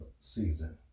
season